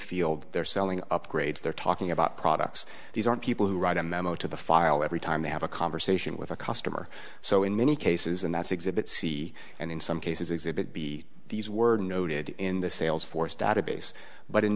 field they're selling upgrades they're talking about products these are people who write a memo to the file every time they have a conversation with a customer so in many cases and that's exhibit c and in some cases exhibit b these were noted in the sales force database but in